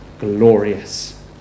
glorious